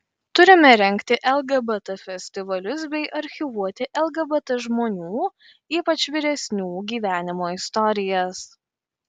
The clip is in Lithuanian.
turime rengti lgbt festivalius bei archyvuoti lgbt žmonių ypač vyresnių gyvenimo istorijas